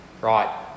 Right